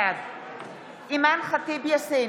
בעד אימאן ח'טיב יאסין,